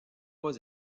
pas